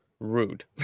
rude